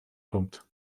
kommt